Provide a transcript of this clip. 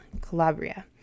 calabria